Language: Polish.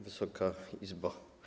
Wysoka Izbo!